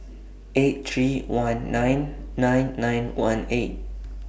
eight three one nine nine nine one eight